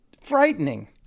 Frightening